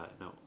no